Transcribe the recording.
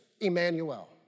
Emmanuel